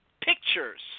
pictures